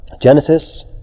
Genesis